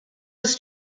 was